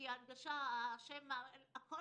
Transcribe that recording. כי הנגשת השמע לא הושלמה.